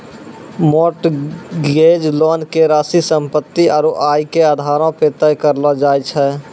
mortgage loan के राशि सम्पत्ति आरू आय के आधारो पे तय करलो जाय छै